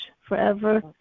forever